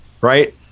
right